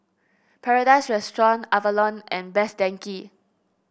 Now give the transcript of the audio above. Paradise Restaurant Avalon and Best Denki